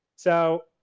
so,